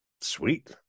sweet